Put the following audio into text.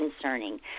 concerning